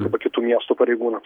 arba kitų miestų pareigūnams